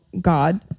God